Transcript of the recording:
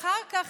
אחר כך,